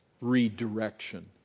redirection